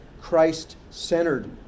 Christ-centered